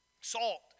Salt